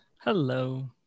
Hello